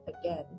again